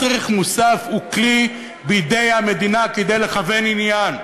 מס ערך מוסף הוא כלי בידי המדינה כדי לכוון עניין.